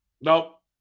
Nope